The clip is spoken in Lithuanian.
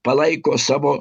palaiko savo